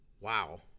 wow